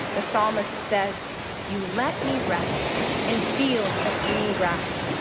the psalmist says you let me rest in fields of green grass.